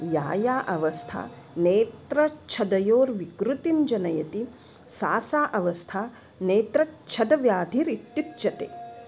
या या अवस्था नेत्रच्छदयोर्विकृतिं जनयति सा सा अवस्था नेत्रच्छदव्याधिरित्युच्यते